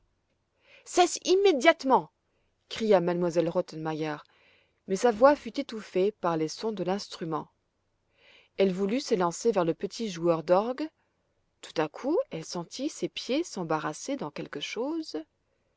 cesse immédiatement cria m elle rottenmeier mais sa voix fut étouffée par les sons de l'instrument elle voulut s'élancer vers le petit joueur d'orgue tout-à-coup elle sentit ses pieds s'embarrasser dans quelque chose